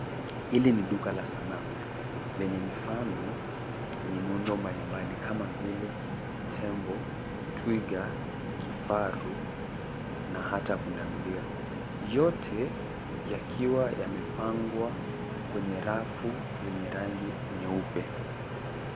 Hili ni duka la sanaa lenye mifano yenye muundo mbali mbali kama vile tembo, twiga, kifaru na hata punda milia yote yakiwa yamepangwa kwenye rafu zenye rangi nyeupe.